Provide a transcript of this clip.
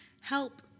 Help